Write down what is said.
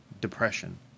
depression